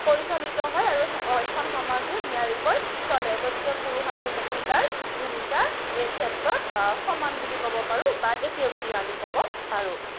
পৰিচালিত হয় আৰু এখন সমাজো নিয়াৰিকৈ চলে গতিকে পুৰুষ আৰু মহিলাৰ ভূমিকা এইক্ষেত্ৰত সমান বুলি ক'ব পাৰোঁ বা একেই বুলি আমি ক'ব পাৰোঁ